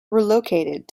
relocated